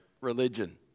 religion